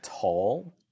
tall